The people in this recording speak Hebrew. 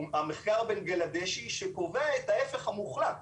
הוא המחקר הבנגלדשי שקובע את ההיפך המוחלט.